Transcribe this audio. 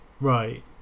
right